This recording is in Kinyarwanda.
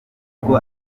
nubwo